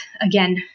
again